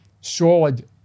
solid